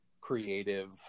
creative